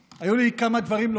אחרים,